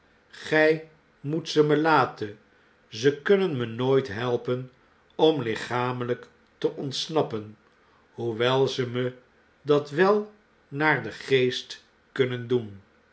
gij moet ze me laten zekunnen me nooit helpen om lichamelijk te ontsnappen hoewel ze me dat wel naar dengeest kunnen doen